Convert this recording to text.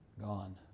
gone